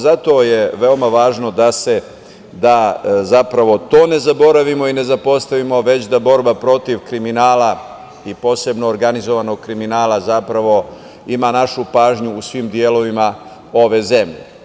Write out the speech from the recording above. Zato je veoma važno da to ne zaboravimo i ne zapostavimo, već da borba protiv kriminala i posebno organizovanog kriminala, zapravo ima našu pažnju u svim delovima ove zemlje.